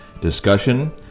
Discussion